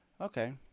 Okay